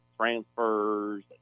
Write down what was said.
transfers